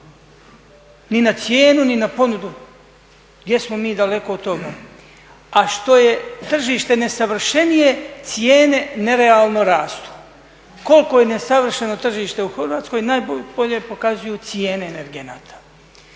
ni na cijenu, ni na ponudu. Gdje smo mi daleko od toga. A što je tržište nesavršenije cijene nerealno rastu. Koliko je nesavršeno tržište u Hrvatskoj najbolje pokazuju cijene energenata.